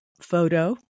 Photo